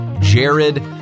Jared